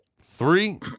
three